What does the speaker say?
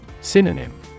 Synonym